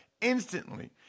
instantly